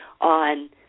on